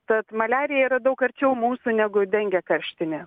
tad maliarija yra daug arčiau mūsų negu dengė karštinė